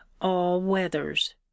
all-weathers